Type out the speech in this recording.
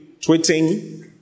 tweeting